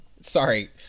Sorry